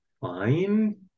fine